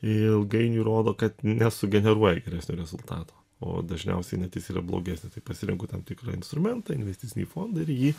ilgainiui rodo kad nesugeneruoja geresnio rezultato o dažniausiai net is yra blogesnis tai pasirenku tam tikrą instrumentą investicinį fondą ir į jį